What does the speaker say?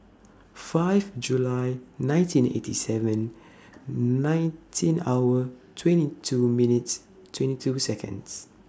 five July nineteen eighty seven nineteen hours twenty two minutes twenty two Seconds